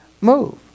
move